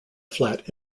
flat